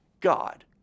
God